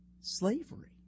slavery